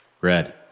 Red